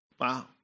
Wow